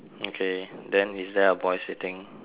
okay then is there a boy sitting